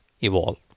evolve